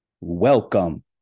Welcome